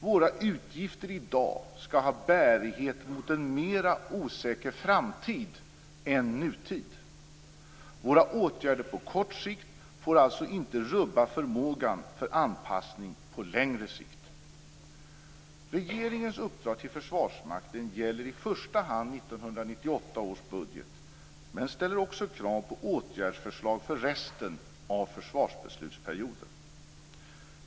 Våra utgifter i dag skall ha bärighet mot en mer osäker framtid än nutid. Våra åtgärder på kort sikt får alltså inte rubba förmågan till anpassning på längre sikt. Regeringens uppdrag till Försvarsmakten gäller i första hand 1998 års budget. Men det ställer också krav på åtgärdsförslag för resten av försvarsbeslutsperioden.